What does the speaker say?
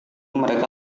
mereka